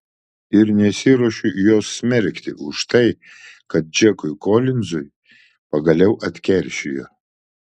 ir nesiruošiu jos smerkti už tai kad džekui kolinzui pagaliau atkeršijo